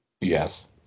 Yes